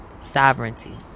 Sovereignty